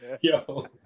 Yo